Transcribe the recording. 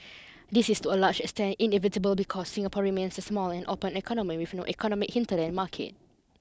this is to a large extent inevitable because Singapore remains a small and open economy with no economic hinterland market